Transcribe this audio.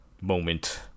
moment